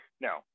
No